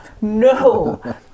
no